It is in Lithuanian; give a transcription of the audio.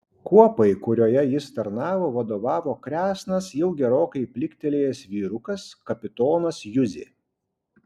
kuopai kurioje jis tarnavo vadovavo kresnas jau gerokai pliktelėjęs vyrukas kapitonas juzė